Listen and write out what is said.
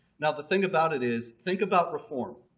now the thing about it is think about reform.